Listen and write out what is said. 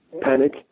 panic